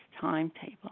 timetable